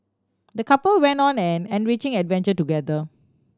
the couple went on an enriching adventure together